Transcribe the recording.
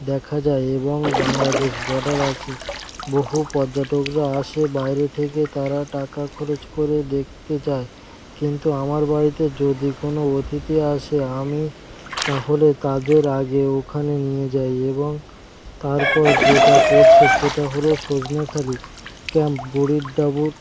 দেখা যায় এবং বাংলাদেশ বর্ডার আছে বহু পর্যটকরা আসে বাইরে থেকে তারা টাকা খরচ করে দেখতে যায় কিন্তু আমার বাড়িতে যদি কোনও অতিথি আসে আমি তাহলে তাদের আগে ওখানে নিয়ে যাই এবং তারপর যেটা পড়ছে সেটা হলো সজনেখালি ক্যাম্প বড়ির ডাবুর